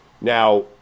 Now